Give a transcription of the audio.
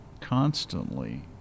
constantly